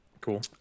Cool